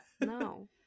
no